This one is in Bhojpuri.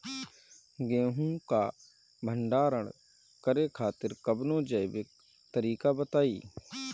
गेहूँ क भंडारण करे खातिर कवनो जैविक तरीका बताईं?